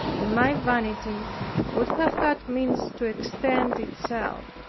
and my vanity would have had means to extend itself.